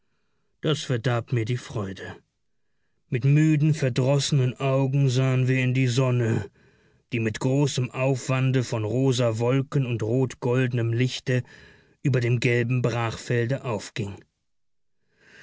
das verdarb mir die freude mit müden verdrossenen augen sahen wir in die sonne die mit großem aufwande von rosa wolken und rotgoldenem lichte über dem gelben brachfelde aufging